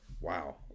Wow